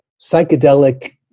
psychedelic